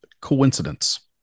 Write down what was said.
coincidence